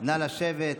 נא לשבת.